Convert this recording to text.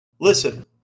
listen